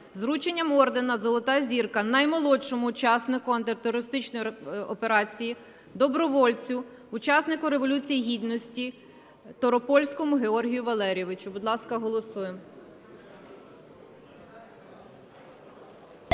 врученням ордену "Золота Зірка" наймолодшому учаснику антитерористичної операції, добровольцю, учаснику Революції Гідності, Тороповському Георгію Валерійовичу. Будь ласка, голосуємо.